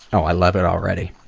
i love it already!